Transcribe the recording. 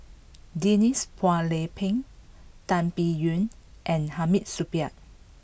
Denise Phua Lay Peng Tan Biyun and Hamid Supaat